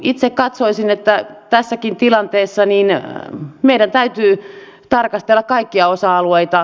itse katsoisin että tässäkin tilanteessa meidän täytyy tarkastella kaikkia osa alueita